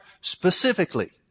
Specifically